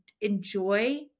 enjoy